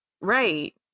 Right